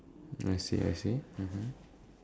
I see I see mmhmm